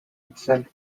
itself